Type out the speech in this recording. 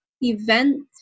event